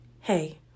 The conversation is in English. Hey